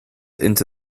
into